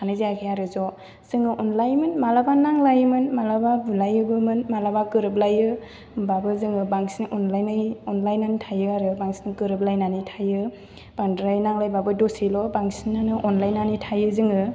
थानाय जायाखै आरो ज' जोङो अनलायोमोन मालाबा नांलायोमोन मालाबा बुलायोबोमोन मालाबा गोरोबलायो होनब्लाबो जोङो बांसिन अनलायनानै थायो आरो बांसिन गोरोबलायनानै थायो बांद्राय नांलायबाबो दसेल' बांसिनानो अनलायनानै थायो जोङो